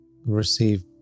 receive